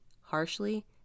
harshly